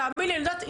תאמין לי, אני יודעת.